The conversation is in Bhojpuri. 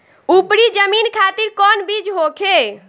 उपरी जमीन खातिर कौन बीज होखे?